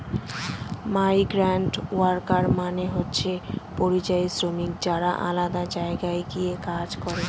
migrant worker মানে হচ্ছে পরিযায়ী শ্রমিক যারা আলাদা জায়গায় গিয়ে কাজ করে